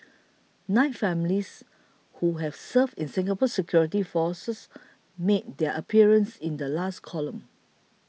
nine families who have served in Singapore's security forces made their appearance in the last column